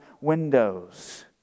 windows